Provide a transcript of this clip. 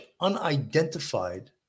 unidentified